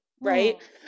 right